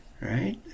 right